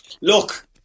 look